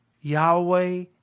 Yahweh